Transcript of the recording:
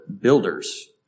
builders